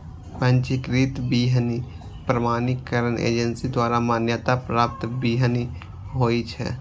पंजीकृत बीहनि प्रमाणीकरण एजेंसी द्वारा मान्यता प्राप्त बीहनि होइ छै